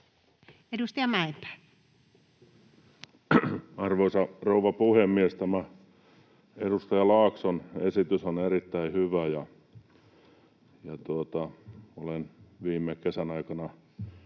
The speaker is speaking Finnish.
Content: Arvoisa rouva puhemies! Tämä edustaja Laakson esitys on erittäin hyvä. Olen viime kesän aikana